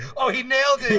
oh, he nailed it. i